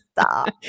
stop